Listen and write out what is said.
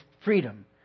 freedom